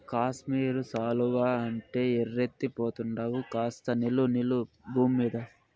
కాశ్మీరు శాలువా అంటే ఎర్రెత్తి పోతండావు కాస్త నిలు నిలు బూమ్మీద